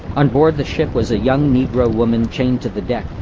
on board the ship was a young negro woman chained to the deck,